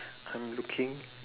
I'm looking